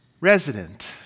resident